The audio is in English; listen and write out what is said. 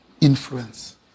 influence